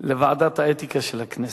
לוועדת האתיקה של הכנסת,